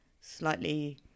slightly